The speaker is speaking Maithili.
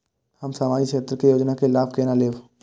हम सामाजिक क्षेत्र के योजना के लाभ केना लेब?